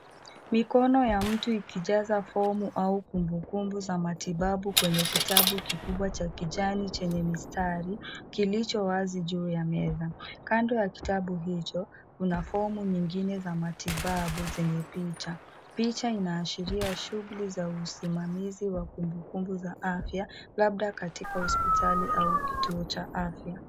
Mikono ya mtu ikijaza fomu au kumbukumbu za matibabu kwenye kitabu kikubwa cha kijani chenye mistari kilicho wazi juu ya meza. Kando ya kitabu hicho, kuna fomu nyingine za matibabu zenye picha. Picha inaashiria shughuli za usimimazi wa kumbukumbu za afya, labda katika hospitali au kituo cha afya.